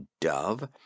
dove